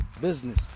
business